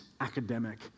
academic